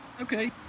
Okay